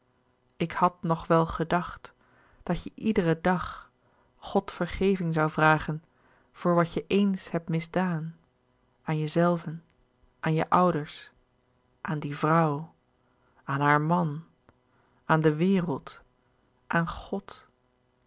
ik had nog wel gedacht dat je iederen dag god vergeving zoû vragen voor wat je eens hebt misdaan aan jezelven aan je ouders aan die vrouw aan haar man aan de wereld aan god